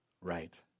right